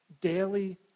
daily